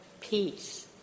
peace